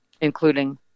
including